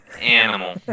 animal